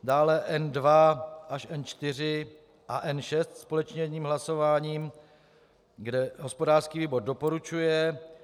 Dále N2 až N4 a N6 společně jedním hlasováním, kde hospodářský výbor doporučuje.